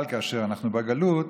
אבל כאשר אנחנו בגלות,